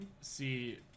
See